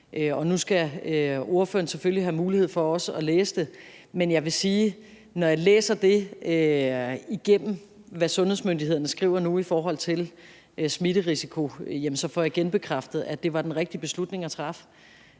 nu skal ordføreren selvfølgelig have mulighed for også at læse det, men jeg vil sige, at når jeg læser det igennem, som sundhedsmyndighederne skriver nu i forhold til smitterisiko, jamen så får jeg genbekræftet, at det var den rigtige beslutning at træffe.